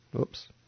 Oops